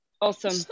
Awesome